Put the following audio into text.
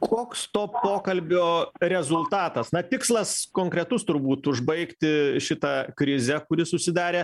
koks to pokalbio rezultatas na tikslas konkretus turbūt užbaigti šitą krizę kuri susidarė